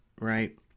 right